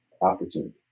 opportunity